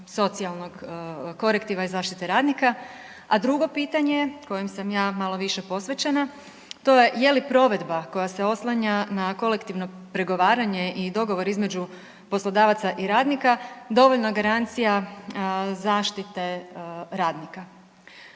socijalnog korektiva i zaštite radnika. A drugo pitanje kojem sam ja malo više posvećena to je je li provedba koja se oslanja na kolektivno pregovaranje i dogovor između poslodavaca i radnika dovoljna garancija zaštite radnika.